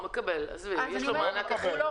הוא מקבל, עזבי, יש לו מענק אחר.